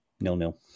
nil-nil